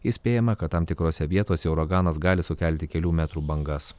įspėjama kad tam tikrose vietose uraganas gali sukelti kelių metrų bangas